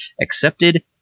accepted